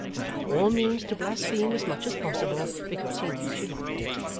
and by all means to blaspheme as much as possible, because he knew she liked it.